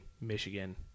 Michigan